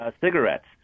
cigarettes